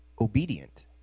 obedient